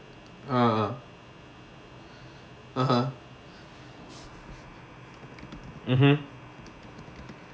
uh uh (uh huh) mmhmm